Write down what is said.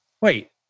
wait